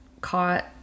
caught